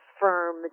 firm